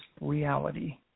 reality